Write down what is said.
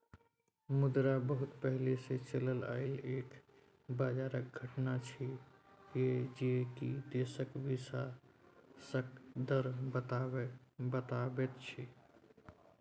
मुद्रा बहुत पहले से चलल आइल एक बजारक घटना छिएय जे की देशक विकासक दर बताबैत छै